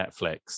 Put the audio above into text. Netflix